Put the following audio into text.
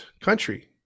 country